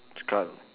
scarf